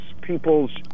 people's